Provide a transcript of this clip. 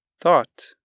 thought